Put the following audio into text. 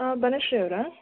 ಬನಶ್ರೀಯವರಾ